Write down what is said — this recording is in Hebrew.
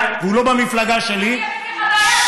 הולך לפוליטיקה כי את הבאת את זה לפוליטיקה.